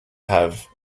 have